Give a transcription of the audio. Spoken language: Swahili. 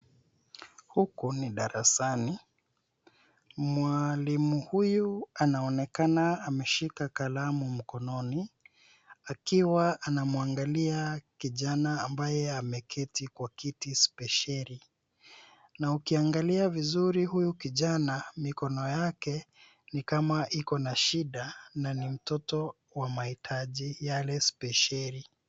Huku ni darasani, mwalimu huyu anaonekana ameshika kalamu mkononi, akiwa anamwangalia kijana ambaye ameketi kwa kiti speheli. Na ukiangalia vizuri huyu kijana mikono yake ni kama iko na shida na ni mtoto wa mahitaji yale spehseri.